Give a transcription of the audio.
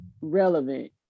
relevant